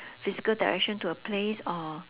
physical direction to a place or